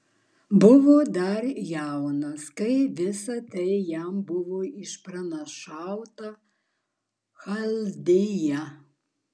buvo dar jaunas kai visa tai jam buvo išpranašavę chaldėjai